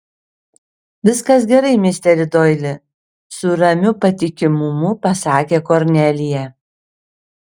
viskas gerai misteri doili su ramiu patikimumu pasakė kornelija